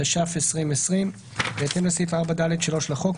התש"ף 2020 ובהתאם לסעיף 4(ד)(3) לחוק,